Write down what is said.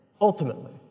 ultimately